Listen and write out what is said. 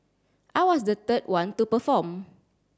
I was the third one to perform